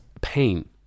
pain